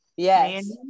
Yes